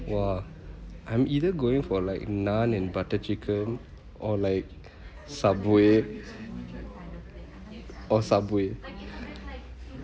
!wah! I'm either going for like naan and butter chicken or like subway or subway